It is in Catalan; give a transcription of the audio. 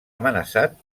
amenaçat